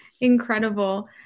incredible